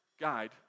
guide